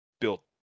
built